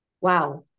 wow